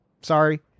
Sorry